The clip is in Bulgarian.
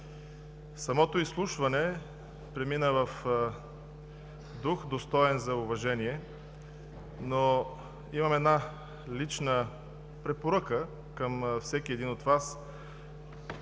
г. Изслушването премина в дух, достоен за уважение, но имам една лична препоръка към всеки един от Вас.